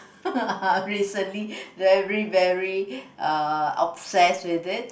recently very very err obsessed with it